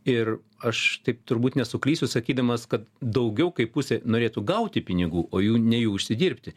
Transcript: ir aš taip turbūt nesuklysiu sakydamas kad daugiau kaip pusė norėtų gauti pinigų o jų ne jų užsidirbti